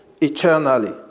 eternally